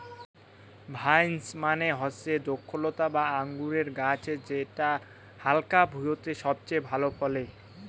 vines মানে হসে দ্রক্ষলতা বা আঙুরের গাছ যেটা হালকা ভুঁইতে সবচেয়ে ভালা ফলে